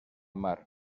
mar